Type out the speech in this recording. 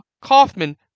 Kaufman